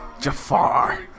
Jafar